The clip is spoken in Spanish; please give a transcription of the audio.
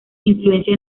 influencia